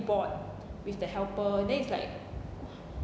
bored with the helper then it's like